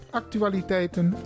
actualiteiten